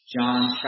John